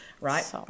right